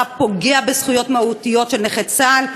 פוגע בזכויות מהותיות של נכי צה"ל,